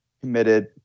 committed